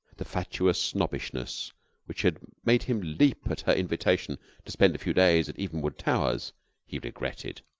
the fatuous snobbishness which had made him leap at her invitation to spend a few days at evenwood towers he regretted